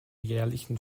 jährlichen